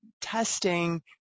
testing